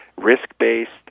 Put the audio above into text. risk-based